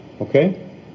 okay